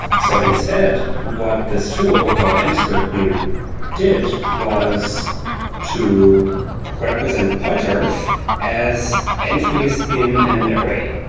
so, instead, what this tool called and mscript in did was to represent pointers as entries in and a way,